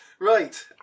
right